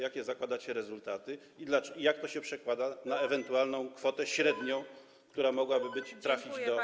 Jakie zakładacie rezultaty i jak to się przekłada na ewentualną kwotę średnią, która mogłaby trafić do rodzin?